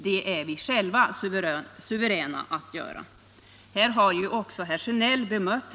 Det är vi själva suveräna att bedöma.